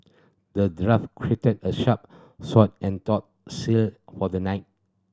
the dwarf crafted a sharp sword and tough shield for the knight